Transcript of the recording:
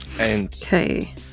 Okay